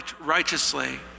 righteously